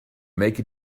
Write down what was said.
make